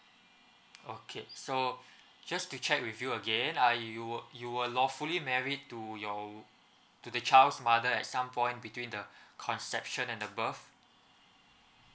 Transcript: okay so just to check with you again uh you were you were lawfully married to your to the child's mother at some point between the conception and above